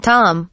Tom